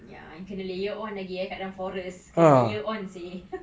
ya it can layer on lagi eh kat dalam forests kena layer on seh